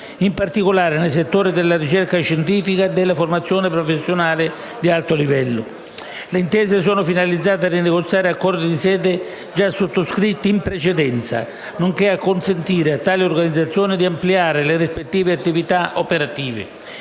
in particolare nei settori della ricerca scientifica e della formazione professionale di alto livello. Le intese sono finalizzate a rinegoziare accordi di sede già sottoscritti in precedenza, nonché a consentire a tali organizzazioni di ampliare le rispettive attività operative.